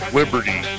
liberty